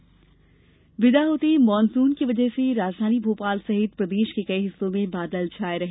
मौसम विदा होते मानसून की वजह से राजधानी भोपाल सहित प्रदेश के कई हिस्सों में बादल छाये रहे